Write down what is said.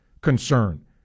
concern